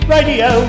Radio